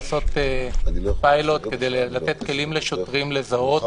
לעשות פיילוט כדי לתת כלים לשוטרים לזהות